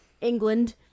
England